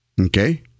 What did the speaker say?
Okay